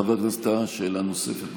חבר הכנסת טאהא, שאלה נוספת,